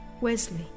Wesley